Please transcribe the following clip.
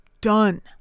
done